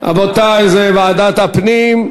עובר לוועדת הפנים.